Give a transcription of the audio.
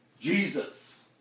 Jesus